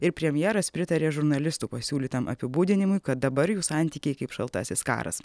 ir premjeras pritarė žurnalistų pasiūlytam apibūdinimui kad dabar jų santykiai kaip šaltasis karas